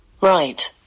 Right